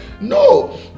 No